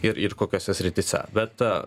ir ir kokiose srityse bet